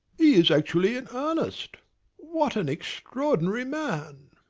he is actually in earnest what an extraordinary man!